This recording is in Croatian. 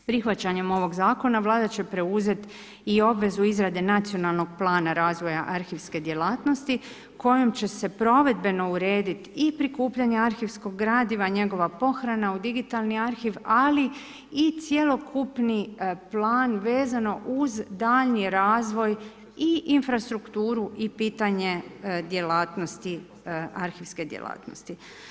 Prihvaćanjem ovog Zakona Vlada će preuzeti i obvezu izrade Nacionalnog plana razvoja arhivske djelatnosti kojom će se provedbeno urediti i prikupljanje arhivskog gradiva, njegova pohrana u digitalni arhiv, ali i cjelokupni plan vezano uz daljnji razvoj i infrastrukturu i pitanje djelatnosti, arhivske djelatnosti.